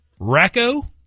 Racco